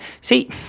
See